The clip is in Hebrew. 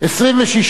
הצרכן (תיקון,